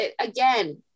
again